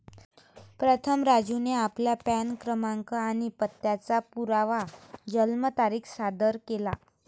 प्रथम राजूने आपला पॅन क्रमांक आणि पत्त्याचा पुरावा जन्मतारीख सादर केला